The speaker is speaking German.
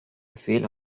befehl